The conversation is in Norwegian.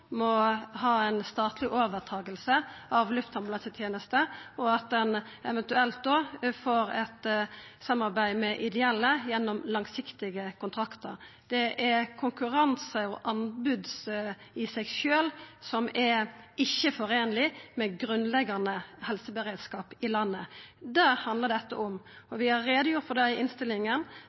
må ha ei statleg overtaking av luftambulansetenesta, og at ein eventuelt får eit samarbeid med ideelle gjennom langsiktige kontraktar. Det er konkurranse og anbod i seg sjølv som ikkje er i samsvar med grunnleggjande helseberedskap i landet. Det handlar dette om. Vi har gjort greie for det i innstillinga,